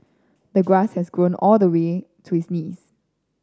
the grass had grown all the way to his knees